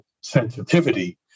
sensitivity